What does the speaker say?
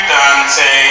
Dante